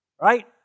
right